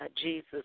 Jesus